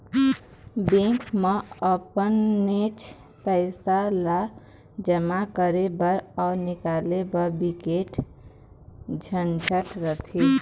bank म अपनेच पइसा ल जमा करे बर अउ निकाले बर बिकट झंझट रथे